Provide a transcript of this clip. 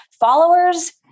Followers